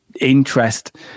interest